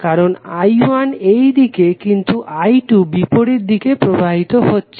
কারণ I1 এই দিকে কিন্তু I2 বিপরীত দিকে প্রবাহিত হচ্ছে